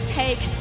take